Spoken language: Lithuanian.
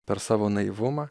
per savo naivumą